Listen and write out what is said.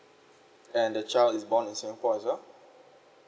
and the child is born in singapore as well